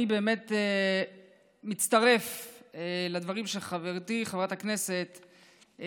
אני מצטרף לדברים של חברתי חברת הכנסת,